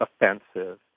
offensive